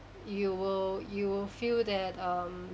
you will you will feel that um